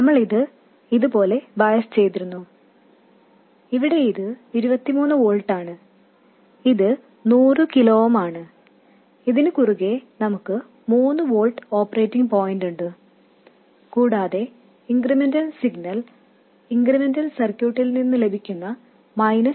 നമ്മൾ ഇത് ഇതുപോലെ ബയാസ് ചെയ്തിരുന്നു ഇവിടെ ഇത് 23 വോൾട്ട് ആണ് ഇത് 100 കിലോ ഓം ആണ് ഇതിന് കുറുകേ നമുക്ക് 3 വോൾട്ട് ഓപ്പറേറ്റിംഗ് പോയിന്റുണ്ട് കൂടാതെ ഇൻക്രിമെന്റൽ സിഗ്നൽ ഇൻക്രിമെന്റൽ സർക്യൂട്ടിൽ നിന്ന് ലഭിക്കുന്ന g m R L V s ആണ്